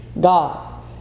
God